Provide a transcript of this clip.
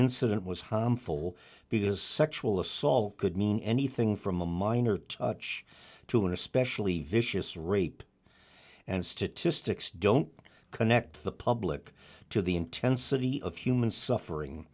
incident was harmful because sexual assault could mean anything from a minor touch to an especially vicious rape and statistics don't connect the public to the intensity of human suffering